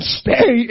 stay